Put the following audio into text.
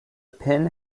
pen